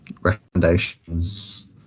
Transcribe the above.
recommendations